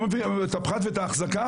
לא מכליל את הפחת והאחזקה,